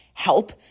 help